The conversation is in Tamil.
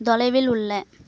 தொலைவில் உள்ள